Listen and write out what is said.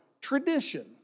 tradition